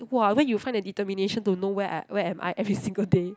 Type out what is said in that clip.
!wah! where you find the determination to know where I where am I every single day